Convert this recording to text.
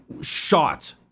shot